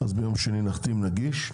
אז ביום שני נחתים, נגיש,